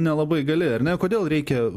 nelabai gali ar ne kodėl reikia